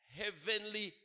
heavenly